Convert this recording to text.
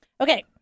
Okay